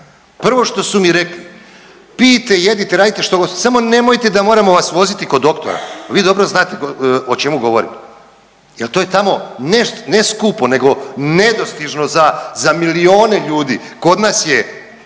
prvo što su mi rekli, pijte, jedite, radite što god, samo nemojte da moramo vas voziti kod doktora, vi dobro znate o čemu govorim jer to je tamo, ne skupo nego nedostižno za milijune ljude. Kod nas